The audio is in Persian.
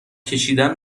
کشیدن